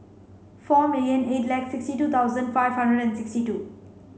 four million eight lakh sixty two thousand five hundred and sixty two